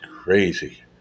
crazy